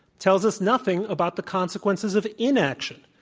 tells us nothing about the consequences of inaction,